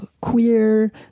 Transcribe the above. queer